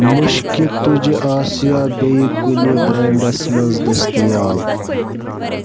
مُشکہِ تُجہٕ آسیا بیٚیہِ کُنہِ برٛینڈس مَنٛز دٔستِیاب